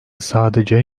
sadece